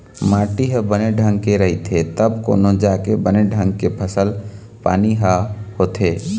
माटी ह बने ढंग के रहिथे तब कोनो जाके बने ढंग के फसल पानी ह होथे